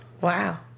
Wow